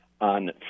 on